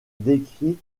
décrit